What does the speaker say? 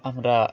আমরা